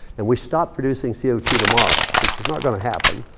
and we stopped producing c o two tomorrow, which is not gonna happen.